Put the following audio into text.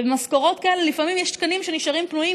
ובמשכורות כאלה לפעמים יש תקנים שנשארים פנויים